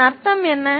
இதன் அர்த்தம் என்ன